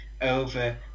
over